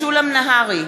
משולם נהרי,